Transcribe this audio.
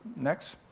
next.